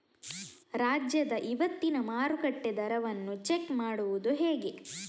ರಾಜ್ಯದ ಇವತ್ತಿನ ಮಾರುಕಟ್ಟೆ ದರವನ್ನ ಚೆಕ್ ಮಾಡುವುದು ಹೇಗೆ?